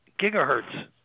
gigahertz